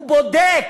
הוא בודק.